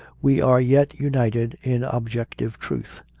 we are yet united in objec tive truth.